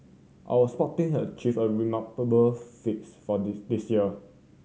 our sport team have achieved remarkable fakes for this this year